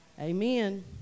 Amen